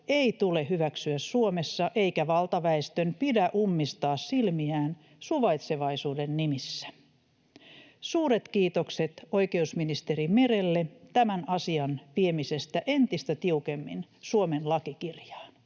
ei tule hyväksyä Suomessa eikä valtaväestön pidä ummistaa silmiään suvaitsevaisuuden nimissä. Suuret kiitokset oikeusministeri Merelle tämän asian viemisestä entistä tiukemmin Suomen lakikirjaan.